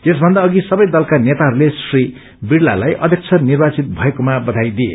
यसमन्दा अघि सबै दलका नेताहरूले श्री विडलालाई अध्यक्ष निर्वाचित भएकोमा बयाई दिए